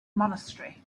monastery